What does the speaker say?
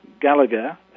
Gallagher